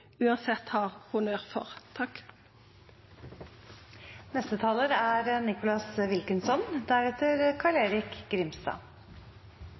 uansett ha honnør for. Det er